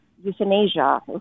euthanasia